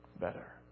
better